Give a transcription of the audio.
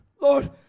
Lord